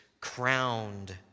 crowned